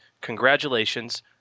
congratulations